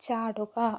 ചാടുക